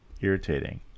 irritating